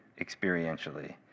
experientially